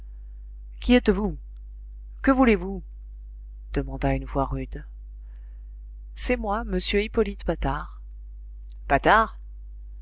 qui êtes-vous que voulez-vous demanda une voix rude c'est moi m hippolyte patard